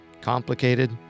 Complicated